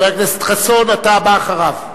חבר הכנסת חסון, אתה בא אחריו.